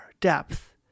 depth